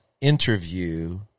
interview